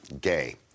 gay